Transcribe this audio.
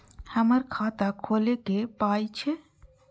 हमर खाता खौलैक पाय छै